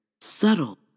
subtle